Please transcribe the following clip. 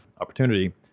opportunity